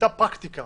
הייתה פרקטיקה